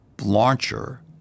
launcher –